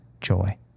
joy